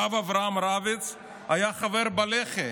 הרב אברהם רביץ היה חבר בלח"י.